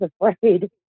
afraid